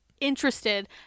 interested